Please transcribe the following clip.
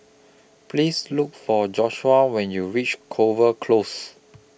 Please Look For Joshua when YOU REACH Clover Close